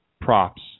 Props